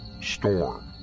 Storm